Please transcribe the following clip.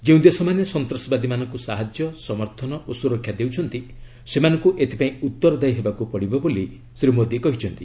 ଯେଉଁ ଦେଶମାନେ ସନ୍ତାସବାଦୀମାନଙ୍କୁ ସାହାଯ୍ୟ ସମର୍ଥନ ଓ ସୁରକ୍ଷା ଦେଉଛନ୍ତି ସେମାନଙ୍କୁ ଏଥିପାଇଁ ଉତ୍ତରଦାୟି ହେବାକୁ ପଡ଼ିବ ବୋଲି ଶ୍ରୀ ମୋଦୀ କହିଛନ୍ତି